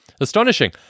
astonishing